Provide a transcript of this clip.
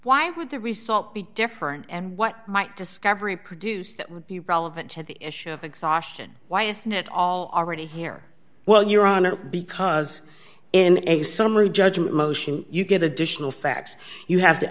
why would the result be different and what might discovery produce that would be relevant to the issue of exhaustion why isn't it all already here well your honor because in a summary judgment motion you get additional facts you have the